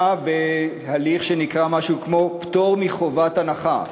בהליך שנקרא משהו כמו "פטור מחובת הנחה".